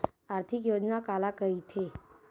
आर्थिक योजना काला कइथे?